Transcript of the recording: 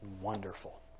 wonderful